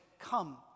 come